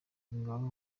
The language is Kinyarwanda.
ngaho